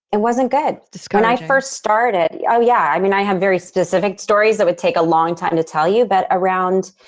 it wasn't good discouraging when i first started. oh, yeah. i mean, i have very specific stories that would take a long time to tell you that around.